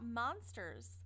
monsters